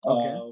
Okay